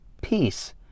peace